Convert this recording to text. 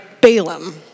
Balaam